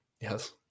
Yes